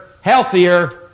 healthier